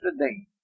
today